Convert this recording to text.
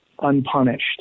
unpunished